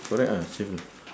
correct ah same lah